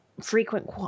frequent